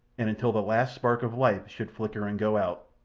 and until the last spark of life should flicker and go out,